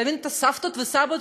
ותבין את הסבים והסבתות,